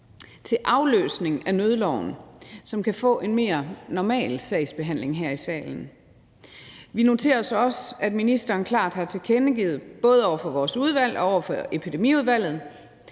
til afløsning af nødloven, som kan få en mere normal sagsbehandling her i salen. Vi noterer os også, at ministeren klart har tilkendegivet, både over for vores udvalg og over for Epidemiudvalget,